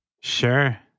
Sure